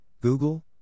Google